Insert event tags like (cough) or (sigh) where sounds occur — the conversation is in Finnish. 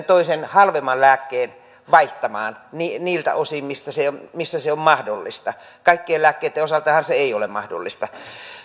(unintelligible) toisen halvemman lääkkeen vaihtamaan niiltä osin missä se on mahdollista kaikkien lääkkeitten osaltahan se ei ole mahdollista